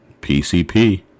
PCP